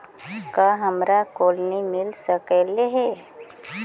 का हमरा कोलनी मिल सकले हे?